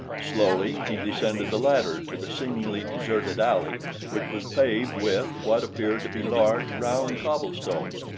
slowly he descended the ladder to the seemingly deserted alley which was paved with what appeared to be large, round cobblestones.